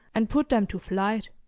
and put them to flight.